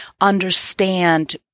understand